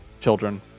children